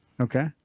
Okay